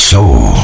Soul